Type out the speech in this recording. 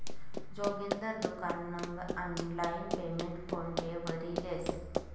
जोगिंदर दुकान नं online payment PhonePe वरी लेस